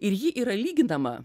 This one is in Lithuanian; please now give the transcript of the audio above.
ir ji yra lyginama